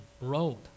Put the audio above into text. road